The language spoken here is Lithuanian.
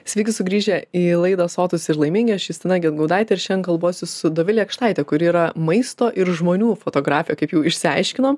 sveiki sugrįžę į laidą sotūs ir laimingi aš justina gedgaudaitė ir šiandien kalbuosi su dovile jakštaite kur yra maisto ir žmonių fotografė kaip jau išsiaiškinom